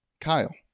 Kyle